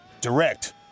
direct